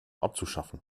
abzuschaffen